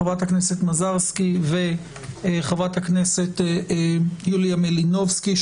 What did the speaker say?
חברת הכנסת מזרסקי וחברת הכנסת יוליה מלינובסקי,